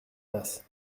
tasses